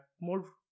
more